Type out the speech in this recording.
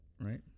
right